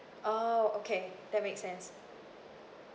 oh okay that makes sense